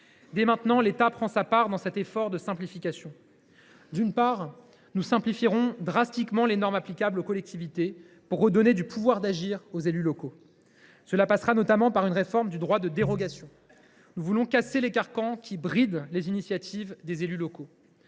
Dès maintenant, l’État prend sa part de cet effort de simplification. D’une part, nous simplifierons drastiquement les normes applicables aux collectivités, pour redonner du pouvoir d’agir aux élus locaux. Cela passera notamment par une réforme du droit de dérogation. Nous voulons casser les carcans qui brident les initiatives des élus locaux.